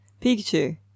Pikachu